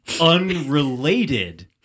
unrelated